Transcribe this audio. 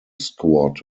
squad